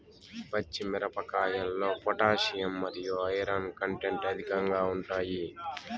పచ్చి మిరపకాయల్లో పొటాషియం మరియు ఐరన్ కంటెంట్ అధికంగా ఉంటాయి